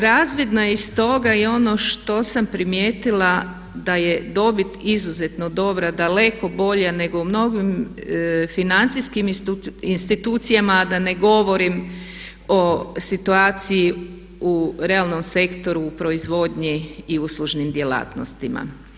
Razvidno je iz toga i ono što sam primijetila da je dobit izuzetno dobra, daleko bolja nego u mnogim financijskim institucijama a da ne govorim o situaciji u realnom sektoru u proizvodnji i uslužnim djelatnostima.